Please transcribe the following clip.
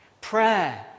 Prayer